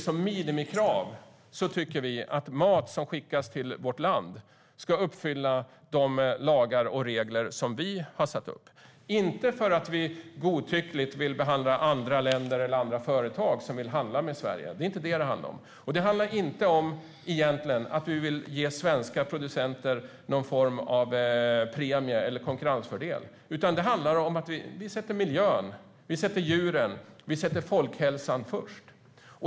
Som minimikrav tycker vi att mat som skickas till vårt land ska uppfylla de lagar och regler som vi har satt upp, men inte därför att vi vill behandla andra länder eller företag som vill handla med Sverige godtyckligt - det handlar det inte om. Och det handlar egentligen inte om att vi vill ge svenska producenter någon form av premie eller konkurrensfördel, utan det handlar om att vi sätter miljön, djuren och folkhälsan först.